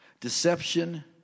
Deception